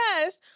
yes